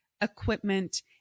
equipment